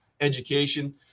education